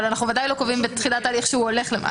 אבל אנחנו בוודאי לא קובעים בתחילת ההליך שהוא הולך למאסר.